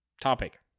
topic